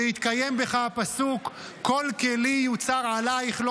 ויתקיים בך הפסוק "כל כלי יוצר עלַיִך לא